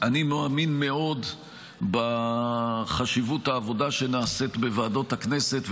אני מאמין מאוד בחשיבות העבודה שנעשית בוועדות הכנסת,